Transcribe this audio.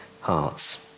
hearts